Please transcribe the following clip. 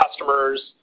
customers